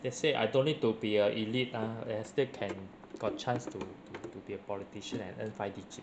they say I don't need to be a elite ah and still can got chance to to be a politician and earn five digit